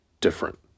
different